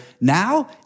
now